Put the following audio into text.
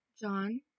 John